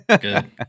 Good